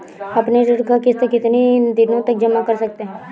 अपनी ऋण का किश्त कितनी दिनों तक जमा कर सकते हैं?